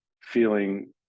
feeling